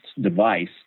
device